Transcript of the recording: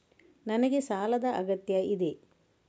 ನನಗೆ ಸಾಲದ ಅಗತ್ಯ ಇದೆ?